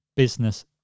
Business